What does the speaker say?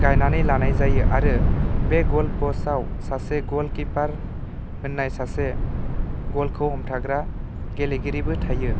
गायनानै लानाय जायो आरो बे गल पस्टआव सासे गलकिपार होननाय सासे गलखौ हमथाग्रा गेलेगिरिबो थायो